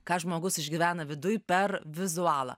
ką žmogus išgyvena viduj per vizualą